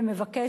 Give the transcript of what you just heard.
ומבקש,